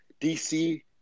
DC